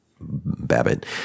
babbit